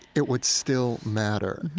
it would still matter,